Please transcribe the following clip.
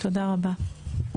תודה רבה.